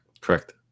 Correct